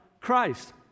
Christ